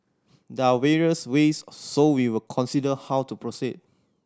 there are various ways so we will consider how to proceed